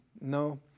No